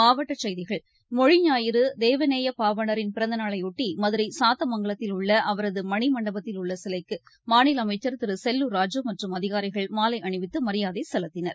மாவட்ட் செய்திகள் மொழி ஞாயிறு தேவநேயபாவானரின் பிறந்தநாளையாட்டி மதுரைசாத்தமங்கலத்தில் உள்ளஅவரதுமணிமண்டபத்தில் உள்ளசிலைக்குமாநிலஅமைச்சர் திருசெல்லூர் ராஜு மற்றும் அதிகாரிகள் மாலைஅணிவித்துமரியாதைசெலுத்தினர்